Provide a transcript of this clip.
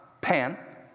Pan